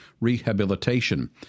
Rehabilitation